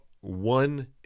one